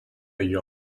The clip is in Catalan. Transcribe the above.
allò